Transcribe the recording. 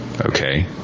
okay